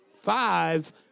five